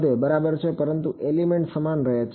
વધે બરાબર છે પરંતુ એલિમેન્ટ સમાન રહે છે